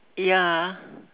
ya